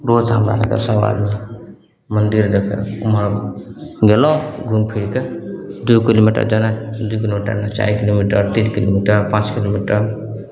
रोज हमरा आरके सभ आदमी मन्दिर देखय उमहर गेलहुँ घुमि फिरि कऽ दू किलोमीटर जादा जितनो चारि किलोमीटर तीन किलोमीटर पॉँच किलोमीटर